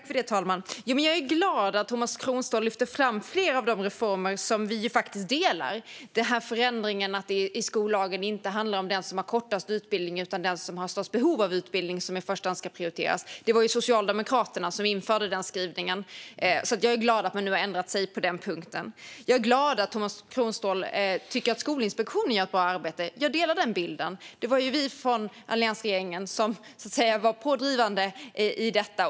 Fru talman! Jag är glad över att Tomas Kronståhl lyfter fram flera av de reformer som vi är överens om, bland annat förändringen i skollagen om att det inte ska vara den som har kortast utbildning utan den som har störst behov av utbildning som i första hand prioriteras. Det var Socialdemokraterna som införde denna skrivning. Jag är glad över att de nu har ändrat sig på den punkten. Jag är glad över att Tomas Kronståhl tycker att Skolinspektionen gör ett bra arbete. Jag delar den bilden. Det var alliansregeringen som var pådrivande i detta.